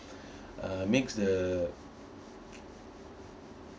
uh makes the